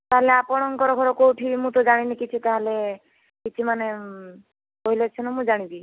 ତା'ହେଲେ ଆପଣଙ୍କର ଘର କେଉଁଠି ମୁଁ ତ ଜାଣିନି କିଛି ତା'ହେଲେ କିଛି ମାନେ କହିଲେ ସିନା ମୁଁ ଜାଣିବି